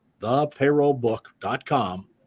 thepayrollbook.com